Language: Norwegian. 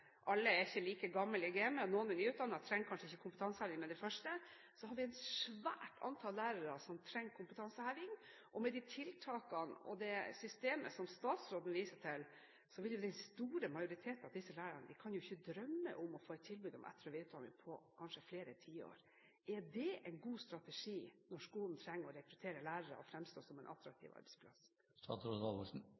kompetanseheving med det første. Så har vi et stort antall lærere som trenger kompetanseheving. Med de tiltakene og det systemet som statsråden viser til, kan den store majoriteten av disse lærerne ikke drømme om å få et tilbud om etter- og videreutdanning på kanskje flere tiår. Er det en god strategi, når skolen trenger å rekruttere lærere og framstå som en